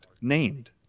named